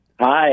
Hi